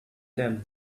them